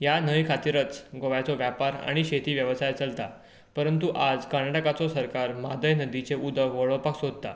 ह्या न्हंये खातीरच गोव्याचो व्यापार आनी शेती वेवसाय चलता परतुं आज कर्नटकाचो सरकार म्हादय नदीचे उदक वळोवपाक सोदता